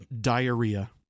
Diarrhea